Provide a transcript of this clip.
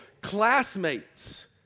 classmates